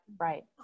Right